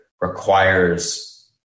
requires